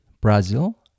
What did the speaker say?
Brazil